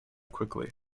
quickly